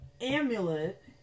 amulet